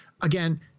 Again